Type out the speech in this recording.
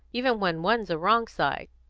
even when one's a wrong side.